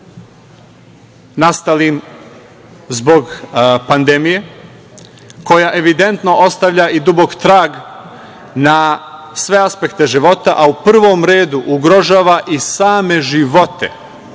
nastalim zbog pandemije, koja evidentno ostavlja i dubok trag na sve aspekte života, a u prvom redu ugrožava i same živote